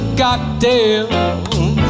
goddamn